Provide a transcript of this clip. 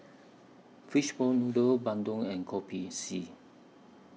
Fish Ball Noodles Bandung and Kopi C